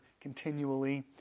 continually